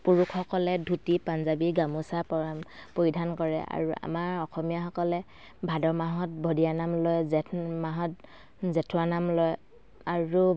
পুৰুষসকলে ধুতি পাঞ্জাৱী গামোচা পৰা পৰিধান কৰে আৰু আমাৰ অসমীয়াসকলে ভাদ মাহত ভদীয়া নাম লয় জেঠ মাহত জেঠুুৱা নাম লয় আৰু